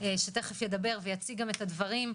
שתכף ידבר ויציג גם את הדברים.